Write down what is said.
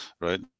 right